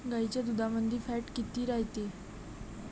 गाईच्या दुधामंदी फॅट किती रायते?